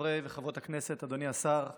חברי וחברות הכנסת, אדוני השר קרעי,